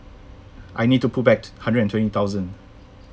I need to put back hundred and twenty thousand